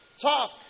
talk